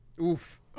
Oof